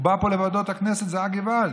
הוא בא פה לוועדות הכנסת וצעק געוואלד,